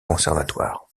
conservatoire